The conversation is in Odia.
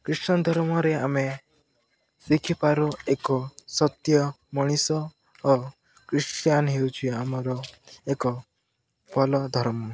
ଖ୍ରୀଷ୍ଟିୟନ ଧର୍ମରେ ଆମେ ଶିଖିପାରୁ ଏକ ସତ୍ୟ ମଣିଷ ଓ ଖ୍ରୀଷ୍ଟିୟାନ ହେଉଛି ଆମର ଏକ ଭଲ ଧର୍ମ